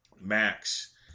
Max